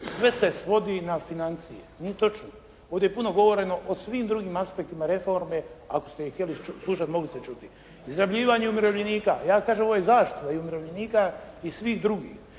Sve se svodi na financije. Nije točno. Ovdje je puno govoreno o svim drugim aspektima reforme. Ako ste ih htjeli slušat mogli ste čuti. Izrabljivanje umirovljenika. Ja kažem ovdje je zaštita i umirovljenika i svih drugih.